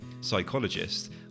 psychologist